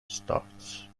starts